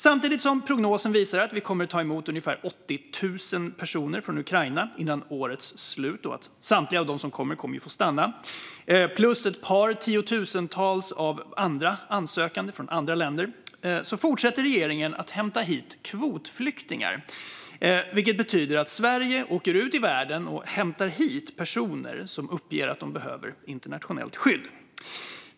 Samtidigt som prognosen visar att vi kommer ta emot ungefär 80 000 personer från Ukraina före årets slut och att samtliga kommer att få stanna, plus ett par tiotusental sökande från andra länder, fortsätter regeringen att hämta hit kvotflyktingar, vilket betyder att Sverige åker ut i världen och hämtar hit personer som uppger att de behöver internationellt skydd.